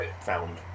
found